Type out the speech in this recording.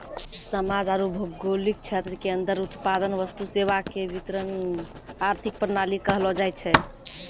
समाज आरू भौगोलिक क्षेत्र के अन्दर उत्पादन वस्तु सेवा के वितरण आर्थिक प्रणाली कहलो जायछै